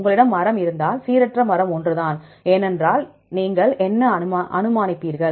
உங்களிடம் மரம் இருந்தால் சீரற்ற மரம் ஒன்றுதான் என்றால் நீங்கள் என்ன அனுமானிப்பீர்கள்